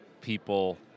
people